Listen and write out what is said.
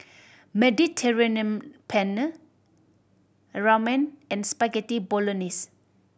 Mediterranean Penne Ramen and Spaghetti Bolognese